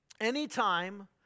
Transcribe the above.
Anytime